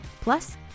Plus